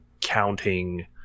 counting